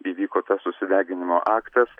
įvyko tas susideginimo aktas